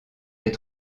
les